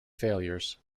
failures